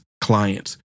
clients